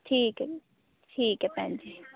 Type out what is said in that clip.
ਠੀਕ ਹੈ ਜੀ ਠੀਕ ਹੈ ਭੈਣ ਜੀ